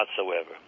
whatsoever